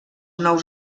nous